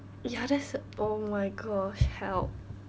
ya that's oh my gosh help